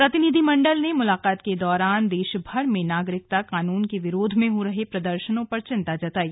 प्रतिनिधि मंडल ने मुलाकात के दौरान देश भर में नागरिकता कानून के विरोध में हो रहे प्रदर्शनों पर चिंता जताई